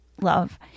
love